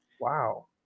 Wow